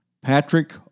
Patrick